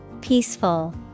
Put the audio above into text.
Peaceful